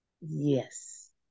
Yes